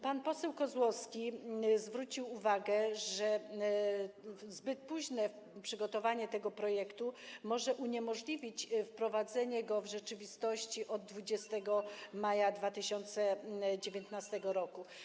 Pan poseł Kozłowski zwrócił uwagę, że zbyt późne przygotowanie tego projektu może uniemożliwić wprowadzenie go w rzeczywistości od 20 maja 2019 r.